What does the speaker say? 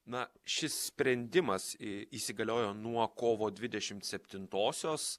na šis sprendimas į įsigaliojo nuo kovo dvidešimt septintosios